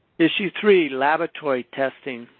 issue three-laboratory testing.